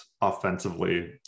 offensively